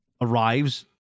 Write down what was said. arrives